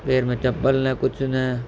पेर में चम्पल न कुझु न